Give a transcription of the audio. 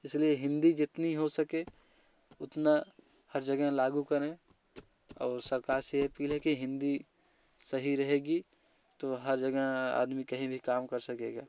इसलिए हिंदी जितनी हो सके उतना हर जगह लागू करें और सरकार से अपील है कि हिंदी सही रहेगी तो हर जगह आदमी कहीं भी काम कर सकेगा